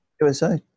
USA